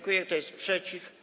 Kto jest przeciw?